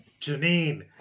Janine